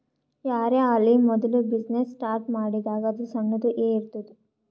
ಯಾರೇ ಆಲಿ ಮೋದುಲ ಬಿಸಿನ್ನೆಸ್ ಸ್ಟಾರ್ಟ್ ಮಾಡಿದಾಗ್ ಅದು ಸಣ್ಣುದ ಎ ಇರ್ತುದ್